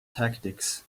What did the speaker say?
tactics